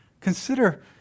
Consider